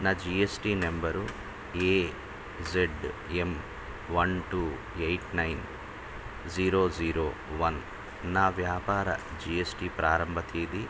నా G S T number A Z M one two eight nine zero zero one నా వ్యాపార G S T ప్రారంభ తేది